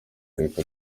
reka